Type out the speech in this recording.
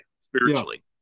spiritually